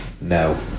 No